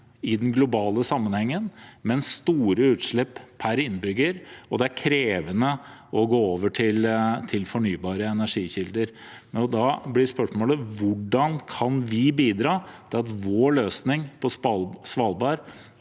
i den globale sammenhengen, men store utslipp per innbygger, og det er krevende å gå over til fornybare energikilder. Da blir spørsmålet: Hvordan kan vi bidra til at vår løsning på Svalbard